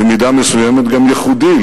במידה מסוימת גם ייחודי,